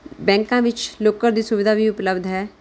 ਬੈਂਕਾਂ ਵਿੱਚ ਲੋਕਰ ਦੀ ਸੁਵਿਧਾ ਵੀ ਉਪਲੱਬਧ ਹੈ